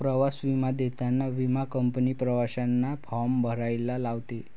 प्रवास विमा देताना विमा कंपनी प्रवाशांना फॉर्म भरायला लावते